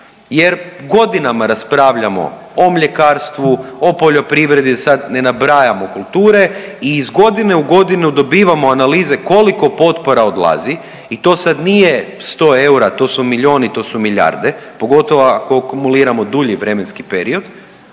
Jer godinama raspravljamo o mljekarstvu, o poljoprivredi, da sad ne nabrajamo kulture i iz godine u godinu dobivamo analize koliko potpora odlazi. I to sad nije sto eura, to su milijoni, to su milijarde pogotovo ako akumuliramo dulji vremenski period.